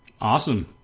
awesome